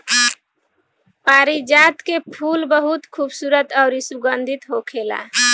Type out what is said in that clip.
पारिजात के फूल बहुत खुबसूरत अउरी सुगंधित होखेला